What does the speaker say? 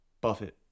Buffett